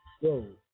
whoa